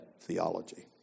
theology